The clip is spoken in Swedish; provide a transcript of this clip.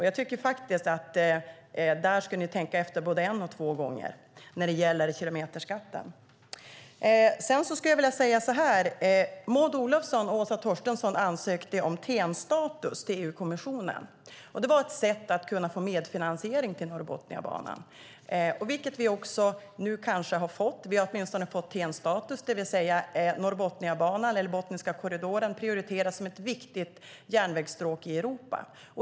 Jag tycker faktiskt att ni ska tänka efter både en och två gånger när det gäller kilometerskatten. Maud Olofsson och Åsa Torstensson ansökte om TEN-status till EU-kommissionen. Det var ett sätt att försöka få medfinansiering till Norrbotniabanan, vilket vi kanske nu också har fått. Vi har åtminstone fått TEN-status, det vill säga Norrbotniabanan eller Botniska korridoren prioriteras som ett viktigt järnvägsstråk i Europa.